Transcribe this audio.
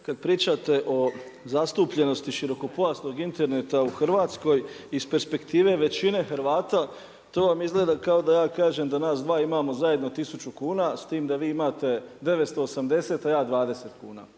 kad pričate o zastupljenosti širokopojasnog interneta u Hrvatskoj, iz perspektive većine Hrvata, to vam izgleda kao da ja kažem da nas dva imamo zajedno 1000 kuna, s tim da vi imate 980, a ja 20 kuna.